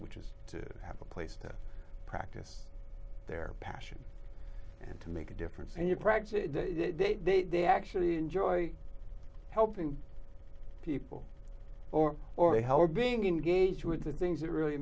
which is to have a place to practice their passion and to make a difference and you practice they actually enjoy helping people or or hell or being engaged with the things that really